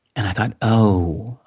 and, i thought, oh,